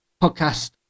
podcast